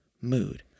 Mood